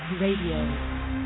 Radio